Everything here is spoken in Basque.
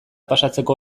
pasatzeko